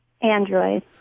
Android